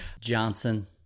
Johnson